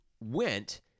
went